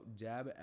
jab